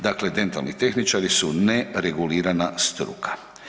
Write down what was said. Dakle, dentalni tehničari su ne regulirana struka.